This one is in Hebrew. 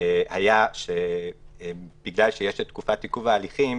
היה שבגלל שיש תקופת עיכוב ההליכים,